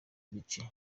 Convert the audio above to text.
gice